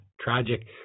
tragic